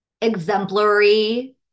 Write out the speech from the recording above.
exemplary